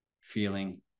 feeling